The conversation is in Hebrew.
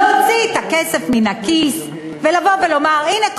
להוציא את הכסף מן הכיס ולבוא ולומר: הנה,